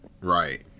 Right